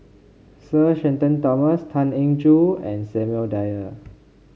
Sir Shenton Thomas Tan Eng Joo and Samuel Dyer